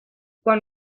quan